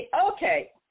okay